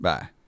Bye